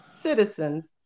citizens